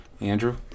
Andrew